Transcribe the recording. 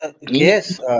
Yes